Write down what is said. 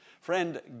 Friend